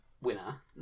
winner